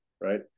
Right